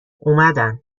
اومدن